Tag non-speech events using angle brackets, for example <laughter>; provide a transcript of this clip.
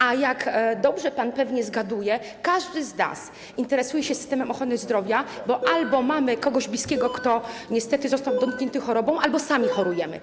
A jak dobrze pan pewnie zgaduje, każdy z nas interesuje się systemem ochrony zdrowia, bo albo mamy kogoś bliskiego, <noise> kto niestety został dotknięty chorobą, albo sami chorujemy.